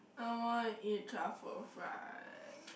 I want to eat truffle fries